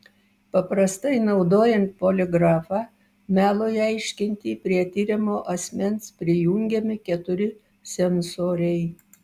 paprastai naudojant poligrafą melui aiškinti prie tiriamo asmens prijungiami keturi sensoriai